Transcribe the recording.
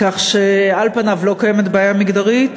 כך שעל פניו לא קיימת בעיה מגדרית.